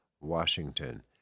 Washington